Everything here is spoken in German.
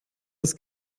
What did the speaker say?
das